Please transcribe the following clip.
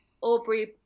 Aubrey